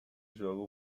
joga